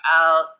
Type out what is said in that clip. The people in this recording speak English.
out